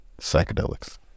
psychedelics